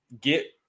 get